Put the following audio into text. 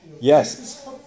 Yes